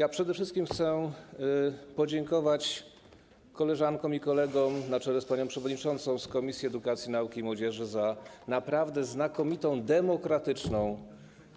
Otóż przede wszystkim chcę podziękować koleżankom i kolegom z panią przewodniczącą Komisji Edukacji, Nauki i Młodzieży na czele za naprawdę znakomitą, demokratyczną